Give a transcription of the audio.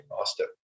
Austin